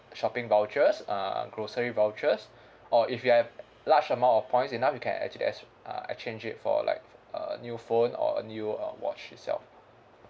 shopping vouchers uh grocery vouchers or if you have large amount of points enough you can actually uh exchange it for like uh new phone or a new watch itself